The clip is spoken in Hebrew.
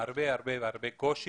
הרבה הרבה קושי,